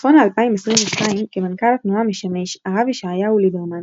נכון ל-2022 כמנכ"ל התנועה משמש הרב ישעיהו ליברמן,